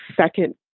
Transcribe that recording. second